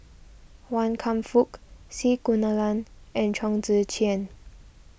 Wan Kam Fook C Kunalan and Chong Tze Chien